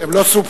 הם לא סופחו,